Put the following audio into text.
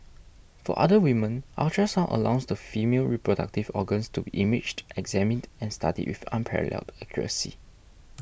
for other women ultrasound allows the female reproductive organs to be imaged examined and studied with unparalleled accuracy